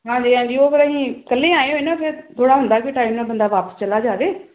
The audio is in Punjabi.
ਹਾਂਜੀ ਹਾਂਜੀ ਉਹ ਫਿਰ ਅਸੀਂ ਇਕੱਲੇ ਹੀ ਆਏ ਹੋਏ ਨਾ ਫਿਰ ਥੋੜ੍ਹਾ ਹੁੰਦਾ ਵੀ ਟਾਈਮ ਨਾਲ ਬੰਦਾ ਵਾਪਿਸ ਚਲਾ ਜਾਵੇ